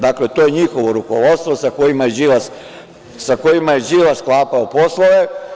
Dakle, to je njihovo rukovodstvo sa kojima je Đilas sklapao poslove.